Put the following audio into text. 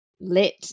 let